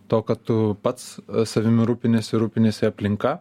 to kad tu pats savimi rūpiniesi rūpiniesi aplinka